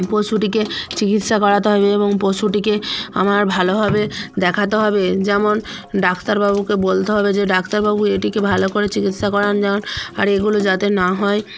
পশুটিকে চিকিৎসা করাতে হবে এবং পশুটিকে আমার ভালোভাবে দেখাতে হবে যেমন ডাক্তারবাবুকে বলতে হবে যে ডাক্তারবাবু এটিকে ভালো করে চিকিৎসা করান যেন আর এগুলো যাতে না হয়